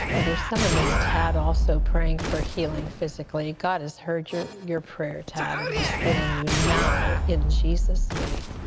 there is someone named thad also praying for healing physically. god has heard your your prayer and he is healing you now, in jesus' name.